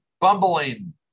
bumbling